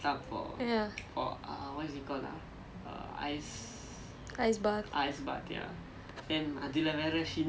ya